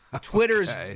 Twitter's